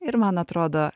ir man atrodo